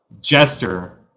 Jester